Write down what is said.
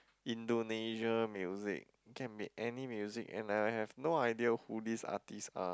Indonesia music can be any music and I have no idea who these artists are